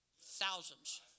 thousands